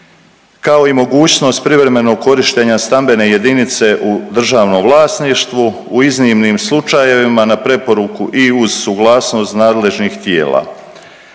kao i mogućnost privremenog korištenja stambene jedinice u državnom vlasništvu u iznimnim slučajevima na preporuku i uz suglasnost nadležnih tijela.